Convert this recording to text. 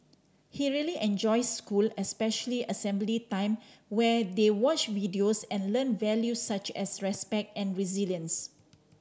he really enjoys school especially assembly time where they watch videos and learn values such as respect and resilience